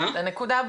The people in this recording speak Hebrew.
המוקד שלנו,